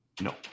No